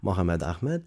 muhamed achmed